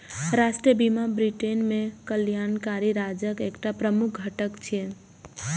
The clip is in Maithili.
राष्ट्रीय बीमा ब्रिटेन मे कल्याणकारी राज्यक एकटा प्रमुख घटक छियै